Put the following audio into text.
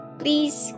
please